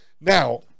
now